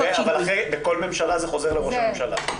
בכל ממשלה זה חוזר לראש הממשלה.